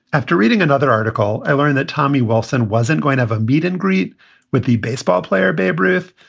after reading another article, i learned that tommy wilson wasn't going to have a meet and greet with the baseball player babe ruth,